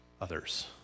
others